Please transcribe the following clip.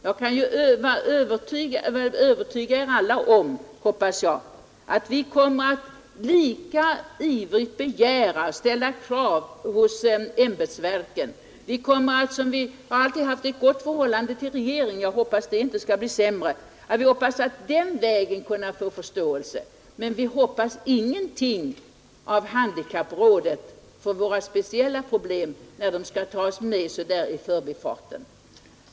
Jag hoppas jag kan övertyga er alla om att vi lika ivrigt som tidigare kommer att ställa krav hos ämbetsverken. Vi har alltid haft ett gott förhållande till regeringen — jag hoppas att det inte skall bli sämre — och vi skall också hos den försöka få förståelse för våra problem. Däremot hoppas vi ingenting av statens handikappräd för våra speciella problem när dessa skall tas upp så där i förbifarten.